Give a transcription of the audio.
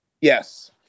Yes